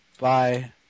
bye